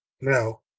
Now